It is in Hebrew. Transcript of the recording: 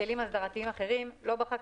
זה מתבצע בכלי הסדרה אחרים, לא בחקיקה.